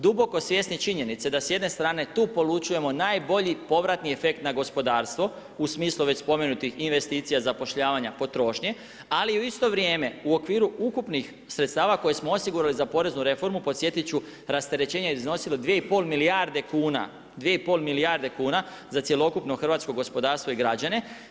Duboko svjesni činjenice da s jedne strane tu poručujemo najbolji povratni efekt na gospodarstvo, u smislu već spomenutih investicija, zapošljavanja, potrošnje, ali u isto vrijeme u okviru ukupnih sredstava koje smo osigurali za poreznu reformu, podsjetiti ću, rasterećenje je iznosilo 2,5 milijarde kn za cjelokupno hrvatsko gospodarstvo i građane.